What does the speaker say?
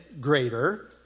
greater